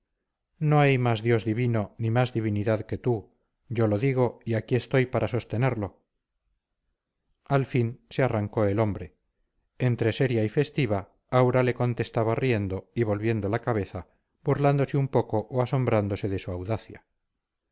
no hay más dios divino ni más divinidad que tú yo lo digo y aquí estoy para sostenerlo al fin se arrancó el hombre entre seria y festiva aura le contestaba riendo y volviendo la cabeza burlándose un poco o asombrándose de su audacia